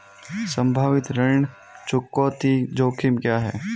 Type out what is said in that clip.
संभावित ऋण चुकौती जोखिम क्या हैं?